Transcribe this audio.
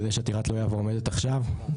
אז יש עתירה תלויה ועומדת עכשיו.